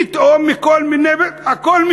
פתאום הכול משתנה.